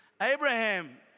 Abraham